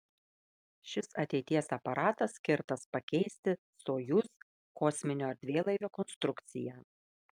šis ateities aparatas skirtas pakeisti sojuz kosminio erdvėlaivio konstrukciją